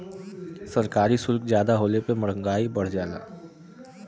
सरकारी सुल्क जादा होले पे मंहगाई बढ़ जाला